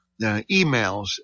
emails